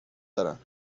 دارند